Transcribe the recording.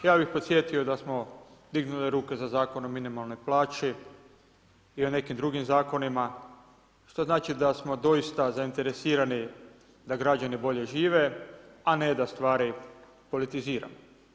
Ja bih podsjetio da smo dignuli ruke za Zakon o minimalnoj plaći i o nekim drugim zakonima, što znači da smo doista zainteresirani da građani bolje žive, a ne da stvari politiziramo.